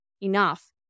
enough